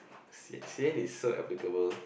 sian is so applicable